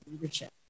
leadership